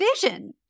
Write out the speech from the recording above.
vision